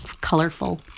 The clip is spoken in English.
colorful